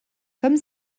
comme